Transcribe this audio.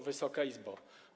Wysoka Izbo!